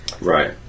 Right